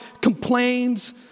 complains